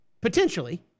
potentially